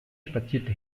spazierte